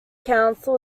council